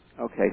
Okay